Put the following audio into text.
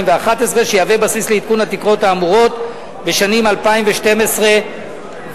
שיהווה בסיס לעדכון התקרות האמורות בשנים 2012 ו-2013.